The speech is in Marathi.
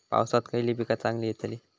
पावसात खयली पीका चांगली येतली?